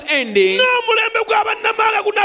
ending